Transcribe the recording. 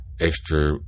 Extra